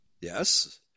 Yes